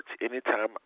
anytime